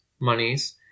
monies